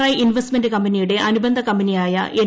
I investment കമ്പനിയുടെ അനുബന്ധ കമ്പനിയായി എൻ